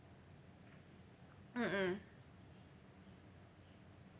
mm mm